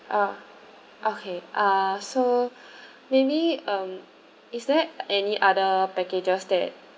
ah okay ah so maybe um is there any other packages that